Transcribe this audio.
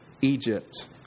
Egypt